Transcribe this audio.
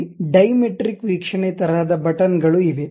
ಅಲ್ಲಿ ಡೈಮೆಟ್ರಿಕ್ ವೀಕ್ಷಣೆ ತರಹದ ಬಟನ್ ಗಳು ಇವೆ